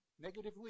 negatively